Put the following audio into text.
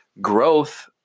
growth